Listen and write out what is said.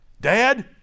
Dad